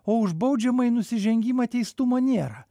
o už baudžiamąjį nusižengimą teistumo nėra